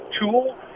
tool